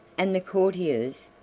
and the courtiers,